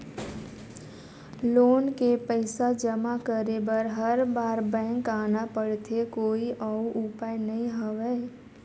Loan के पईसा जमा करे बर हर बार बैंक आना पड़थे कोई अउ उपाय नइ हवय?